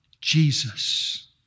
Jesus